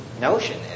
notion